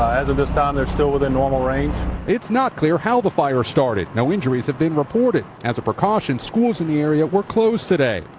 as of this time, they're still within normal range. reporter it's not clear how the fire started. no injuries have been reported. as a precaution schools in the area were closed today.